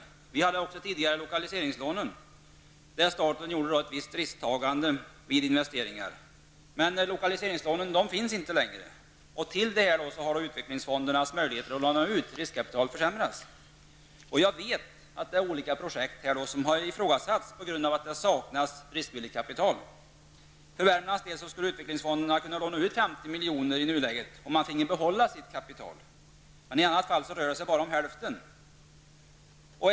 Tidigare hade vi också lokaliseringslånen, där staten gjorde ett visst risktagande vid investeringar. Men lokaliseringslånen finns inte längre, och därtill kommer att utvecklingsfondernas möjligheter att låna ut riskkapital har försämrats. Jag vet att olika projekt har ifrågasatts på grund av att det saknats riskvilligt kapital. För Värmlands del skulle utvecklingsfonden kunna låna ut 50 milj.kr. i nuläget, om man finge behålla sitt kapital. I annat fall rör det sig bara om hälften.